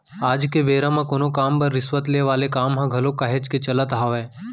आज के बेरा म कोनो काम बर रिस्वत ले वाले काम ह घलोक काहेच के चलत हावय